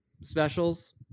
specials